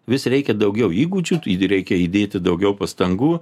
vis reikia daugiau įgūdžių taigi reikia įdėti daugiau pastangų